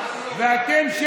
ואתם,